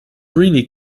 really